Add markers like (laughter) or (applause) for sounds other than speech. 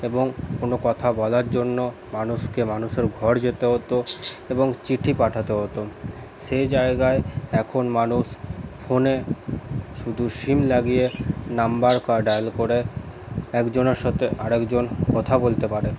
এবং কোনো কথা বলার জন্য মানুষকে মানুষের ঘর যেতে হতো এবং চিঠি পাঠাতে হতো সেই জায়গায় এখন মানুষ ফোনে শুধু সিম লাগিয়ে নম্বর (unintelligible) ডায়েল করে একজনার সাথে আরেকজন কথা বলতে পারে